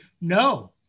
No